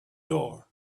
door